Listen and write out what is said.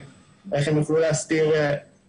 אפילו אם הם יוכלו להסתיר חלק מהחזירים,